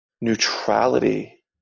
neutrality